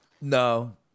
no